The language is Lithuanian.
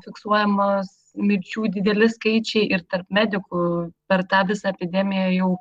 fiksuojamas mirčių dideli skaičiai ir tarp medikų per tą visą epidemiją jau